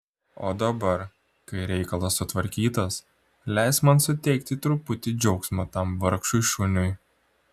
o dabar kai reikalas sutvarkytas leisk man suteikti truputį džiaugsmo tam vargšui šuniui